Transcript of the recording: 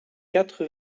quatre